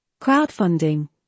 Crowdfunding